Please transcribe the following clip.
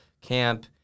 camp